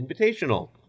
Invitational